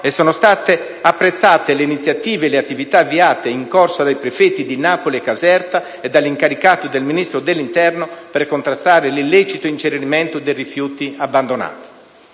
e sono state apprezzate le iniziative e le attività avviate e in corso dei prefetti di Napoli e di Caserta e dell'incaricato dal Ministro dell'interno per contrastare l'illecito incenerimento dei rifiuti abbandonati.